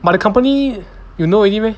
but the company you know already meh